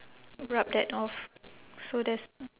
rub that off so there's